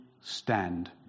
stand